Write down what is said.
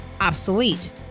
obsolete